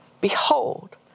Behold